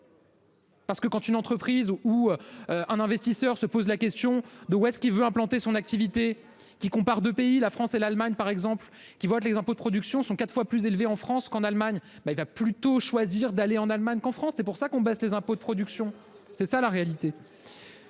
Parce que quand une entreprise ou. Un investisseur se pose la question de, est-ce qu'il veut implanter son activité qui compare de pays, la France et l'Allemagne par exemple qui votent les impôts de production sont 4 fois plus élevé en France qu'en Allemagne. Ben il va plutôt choisir d'aller en Allemagne qu'en France, c'est pour ça qu'on baisse les impôts de production, c'est ça la réalité.